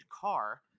car